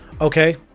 Okay